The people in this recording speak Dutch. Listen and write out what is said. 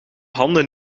handen